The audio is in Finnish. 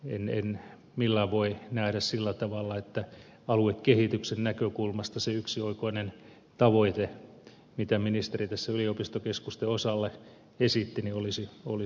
en millään voi nähdä sillä tavalla että aluekehityksen näkökulmasta se yksioikoinen tavoite mitä ministeri tässä yliopistokeskusten osalle esitti olisi oikea